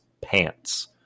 pants